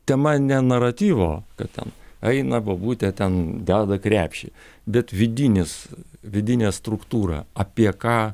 tema ne naratyvo kad ten eina bobutė ten deda krepšį bet vidinis vidinę struktūrą apie ką